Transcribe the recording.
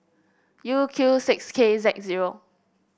U Q six K Z zero